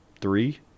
three